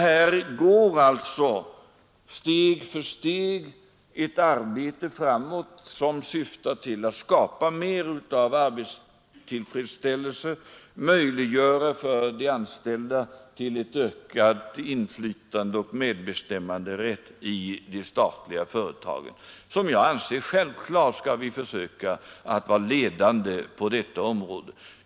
Här går alltså steg för steg ett arbete framåt, som syftar till att skapa mer arbetstillfredsställelse, möjliggöra ett ökat inflytande för de anställda och medbestämmanderätt i de statliga företagen. Självklart önskar jag att vi skall försöka leda utvecklingen på detta område.